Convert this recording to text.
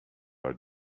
are